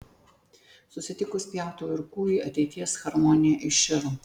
susitikus pjautuvui ir kūjui ateities harmonija iširo